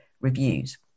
reviews